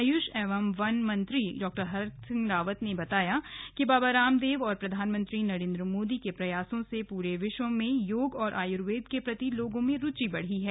आयुष एवं वन मंत्री डा हरक सिंह रावत ने कहा कि बाबा रामदेव और प्रधानमंत्री नरेन्द्र मोदी के प्रयासों से पूरे विश्व में योग और आयुर्वेद के प्रति लोगों में रूचि बढ़ी है